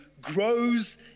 grows